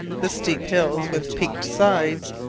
the steep hills with peaked sides,